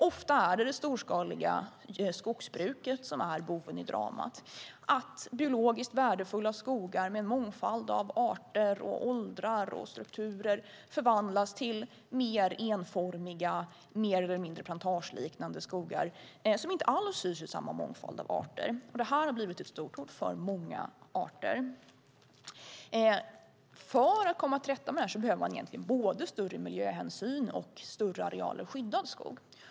Ofta är det storskaliga skogsbruket boven i dramat, att biologiskt värdefulla skogar med en mångfald av arter, åldrar och strukturer förvandlas till mer enformiga plantageliknande skogar som inte alls hyser samma mångfald av arter. Detta har blivit ett stort hot mot många arter. För att komma till rätta med detta behöver man ha både större miljöhänsyn och större arealer skyddad skog.